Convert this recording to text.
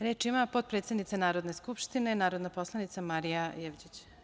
Reč ima potpredsednica Narodne skupštine, narodna poslanica Marija Jevđić.